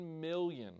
million